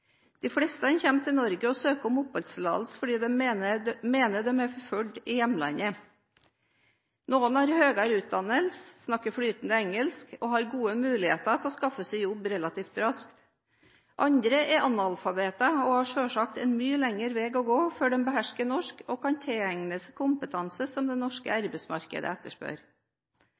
De fleste kommer til Norge og søker om oppholdstillatelse fordi de mener de er forfulgt i hjemlandet. Noen har høyere utdannelse, snakker flytende engelsk og har gode muligheter for å skaffe seg jobb relativt raskt. Andre er analfabeter og har da selvsagt en mye lengre vei å gå før de behersker norsk og kan tilegne seg kompetanse som det norske arbeidsmarkedet etterspør.